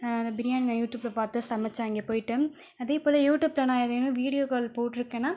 பிரியாணி நான் யூடியூபை பார்த்து சமைத்தேன் அங்கே போயிட்டு அதே போல் யூடியூபில் நான் ஏதேனும் வீடியோக்கள் போட்டிருக்கேன்னால்